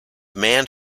manned